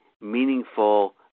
meaningful